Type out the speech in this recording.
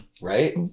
Right